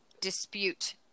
dispute